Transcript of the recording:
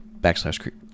backslash